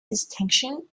distinction